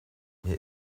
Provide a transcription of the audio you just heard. mir